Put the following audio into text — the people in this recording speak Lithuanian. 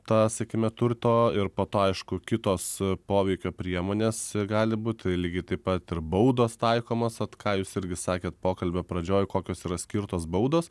tą sakykime turto ir po to aišku kitos poveikio priemonės gali būt tai lygiai taip pat ir baudos taikomos vat ką jūs irgi sakėt pokalbio pradžioj kokios yra skirtos baudos